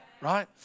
right